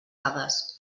dades